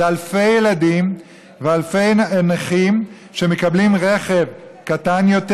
זה אלפי ילדים ואלפי נכים שמקבלים רכב קטן יותר,